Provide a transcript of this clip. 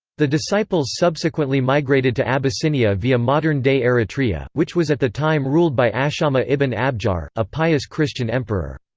the disciples subsequently migrated to abyssinia via modern-day eritrea, which was at the time ruled by ashama ibn-abjar, a pious christian emperor.